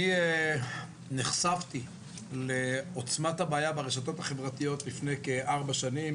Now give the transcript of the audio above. אני נחשפתי לעוצמת הבעיה ברשתות החברתיות לפני כארבע שנים,